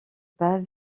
pas